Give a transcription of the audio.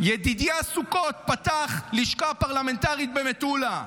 ידידיה סוכות פתח לשכה פרלמנטרית במטולה.